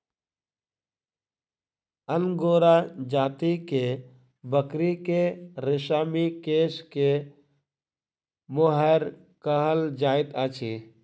angora जाति के बकरी के रेशमी केश के मोहैर कहल जाइत अछि